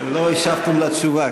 לא השבתם לה תשובה.